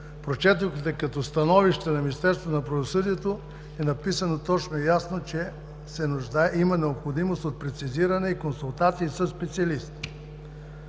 прочетохте като становище на Министерството на правосъдието, е написано точно и ясно, че има необходимост от прецизиране и консултации със специалисти.